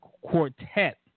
Quartet